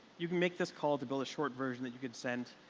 you can make this call to build a short version that you could send,